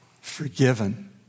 forgiven